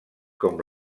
com